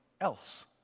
else